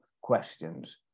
questions